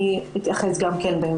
אני אתייחס לזה גם בהמשך.